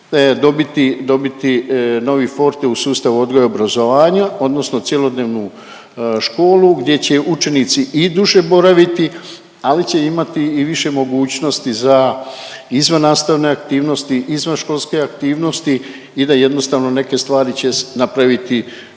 dobiti novi forte u sustav odgoja i obrazovanja odnosno cjelodnevnu školu gdje će učenici i duže boraviti, ali će imati i više mogućnosti za izvannastavne aktivnosti, izvanškolske aktivnosti i da jednostavno neke stvari će napraviti,